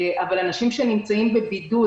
אבל אנשים שנמצאים בבידוד,